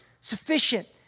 sufficient